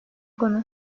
konu